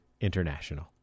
International